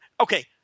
okay